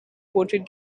portrait